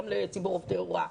גם לציבור עובדי ההוראה,